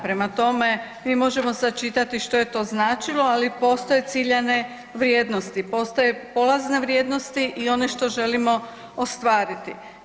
Prema tome, mi možemo sad čitati što je to značilo, ali postoje ciljane vrijednosti, postoje polazne vrijednosti i one što želimo ostvariti.